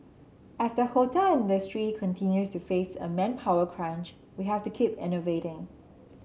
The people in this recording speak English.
as the hotel industry continues to face a manpower crunch we have to keep innovating